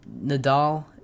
Nadal